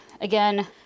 Again